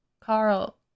Carl